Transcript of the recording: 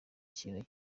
kintu